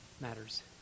matters